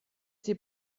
sie